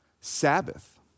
Sabbath